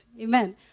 Amen